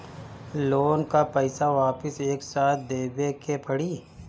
Loan का पईसा वापिस एक साथ देबेके पड़ी?